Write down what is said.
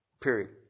Period